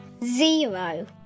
zero